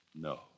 No